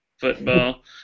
football